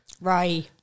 Right